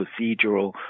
procedural